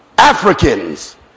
Africans